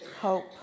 hope